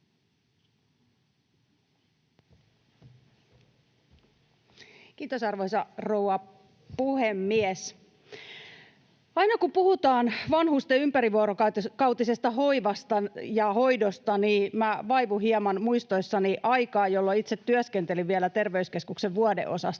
Kiitos, arvoisa rouva puhemies! Aina kun puhutaan vanhusten ympärivuorokautisesta hoivasta ja hoidosta, niin minä vaivun hieman muistoissani aikaan, jolloin itse työskentelin vielä terveyskeskuksen vuodeosastolla.